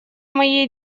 моей